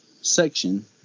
section